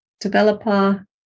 developer